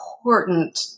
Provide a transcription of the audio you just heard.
important